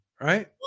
Right